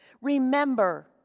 Remember